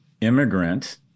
immigrant